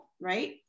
right